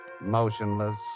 motionless